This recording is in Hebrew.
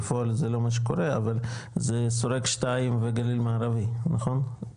בפועל זה לא מה שקורה אבל זה שורק 2 וגליל מערבי נכון?